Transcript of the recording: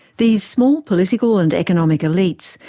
these small political and economic elites,